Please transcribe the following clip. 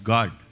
God